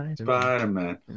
Spider-Man